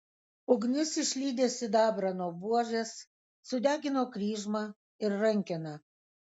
ugnis išlydė sidabrą nuo buožės sudegino kryžmą ir rankeną